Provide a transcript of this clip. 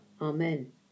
Amen